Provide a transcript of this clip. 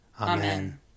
Amen